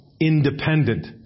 independent